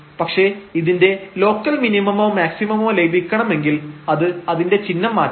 പക്ഷേ ഇതിന്റെ ലോക്കൽ മിനിമമോ മാക്സിമമോ ലഭിക്കണമെങ്കിൽ അത് അതിന്റെ ചിഹ്നം മാറ്റണം